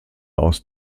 aus